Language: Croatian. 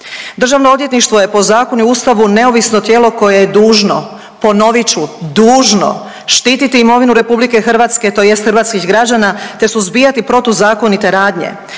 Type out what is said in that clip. Državno odvjetništvo je po zakonu i Ustavu neovisno tijelo koje je dužno, ponovit ću dužno štititi imovinu RH tj. hrvatskih građana te suzbijati protuzakonite radnje.